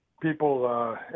people